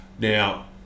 Now